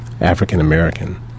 African-American